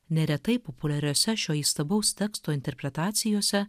neretai populiariose šio įstabaus teksto interpretacijose